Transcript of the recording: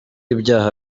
ibyaha